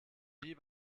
wie